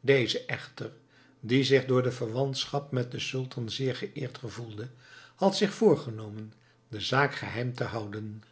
deze echter die zich door de verwantschap met den sultan zeer geëerd gevoelde had zich voorgenomen de zaak geheim te houden